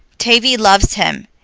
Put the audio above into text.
tavie loves him,